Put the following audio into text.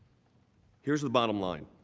here's the bottom line.